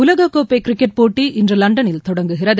உலகக்கோப்பை கிரிக்கெட் போட்டி இன்று லண்டனில் தொடங்குகிறது